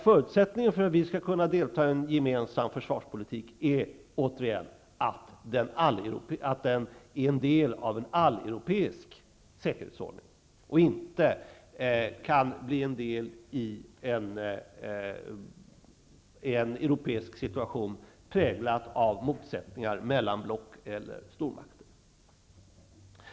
Förutsättningen för att vi skall kunna delta i en gemensam försvarspolitik är som sagt att den är en del av en alleuropeisk säkerhetsordning och inte kan bli en del i en europeisk situation präglad av motsättningar mellan block eller stormakter.